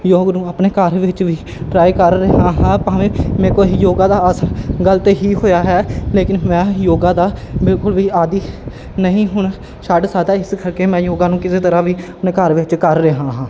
ਯੋਗ ਨੂੰ ਆਪਣੇ ਘਰ ਵਿੱਚ ਵੀ ਟਰਾਈ ਕਰ ਰਿਹਾ ਭਾਵੇਂ ਮੇਰੇ ਕੋਲ ਯੋਗਾ ਦਾ ਆਸਣ ਗ਼ਲਤ ਹੀ ਹੋਇਆ ਹੈ ਲੇਕਿਨ ਮੈਂ ਯੋਗਾ ਦਾ ਬਿਲਕੁਲ ਵੀ ਆਦੀ ਨਹੀਂ ਹੁਣ ਛੱਡ ਸਕਦਾ ਇਸ ਕਰਕੇ ਮੈਂ ਯੋਗਾ ਨੂੰ ਕਿਸੇ ਤਰ੍ਹਾਂ ਵੀ ਆਪਣੇ ਘਰ ਵਿੱਚ ਕਰ ਰਿਹਾ ਹਾਂ